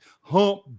hump